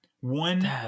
One